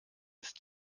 ist